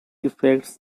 effects